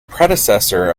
predecessor